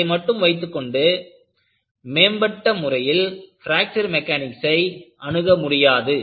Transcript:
அதை மட்டும் வைத்துக்கொண்டு மேம்பட்ட முறையில் பிராக்ச்சர் மெக்கானிக்சை அணுக முடியாது